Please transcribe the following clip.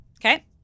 Okay